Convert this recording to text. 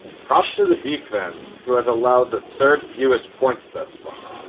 props to the defense, who has allowed the third fewest points thus far.